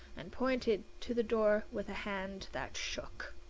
and pointed to the door with a hand that shook.